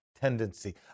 tendency